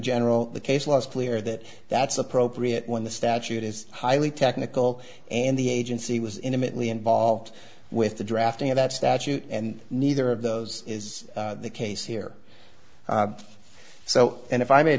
general the case last clear that that's appropriate when the statute is highly technical and the agency was intimately involved with the drafting of that statute and neither of those is the case here so and if i ma